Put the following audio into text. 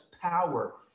power